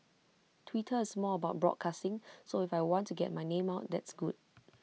Twitter is more about broadcasting so if I want to get my name out that's good